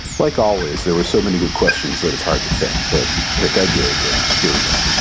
like always, there were so many good questions that it's hard to pick. but pick i did and here we go.